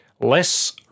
less